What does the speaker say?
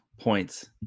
points